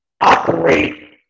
operate